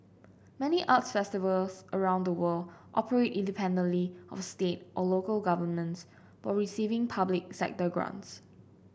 many arts festivals around the world operate independently of state or local governments while receiving public sector grants